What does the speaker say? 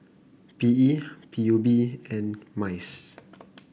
P E P U B and MICE